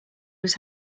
was